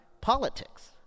politics